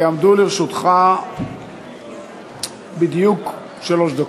יעמדו לרשותך בדיוק שלוש דקות.